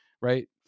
right